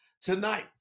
tonight